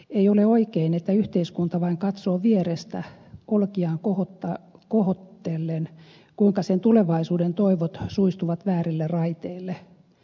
ei ole oikein että yhteiskunta vain katsoo vierestä olkiaan kohautellen kuinka sen tulevaisuuden toivot suistuvat väärille raiteille